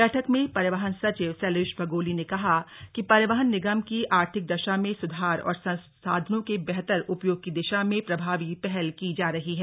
बैठक में परिवहन सचिव शैलेश बगोली ने कहा कि परिवहन निगम की आर्थिक दशा में सुधार और संसाधनों के बेहतर उपयोग की दिशा में प्रभावी पहल की जा रही है